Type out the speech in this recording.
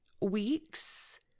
weeks